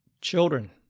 children